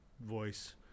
voice